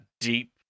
deep